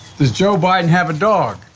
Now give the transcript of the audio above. does joe biden have a dog?